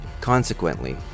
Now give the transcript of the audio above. Consequently